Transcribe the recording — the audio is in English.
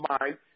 mind